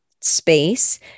space